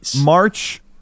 March